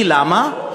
ולמה?